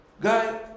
Guy